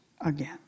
again